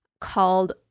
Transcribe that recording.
called